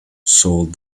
sold